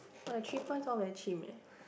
!wah! the three points all very chim eh